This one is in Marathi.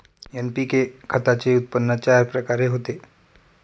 एन.पी.के खताचे उत्पन्न चार प्रकारे होते